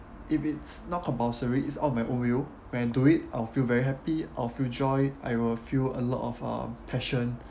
if it's not compulsory it's out of my own will when do it I'll feel very happy or feel joy I will feel a lot of uh passion